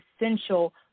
Essential